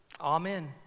amen